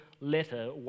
letter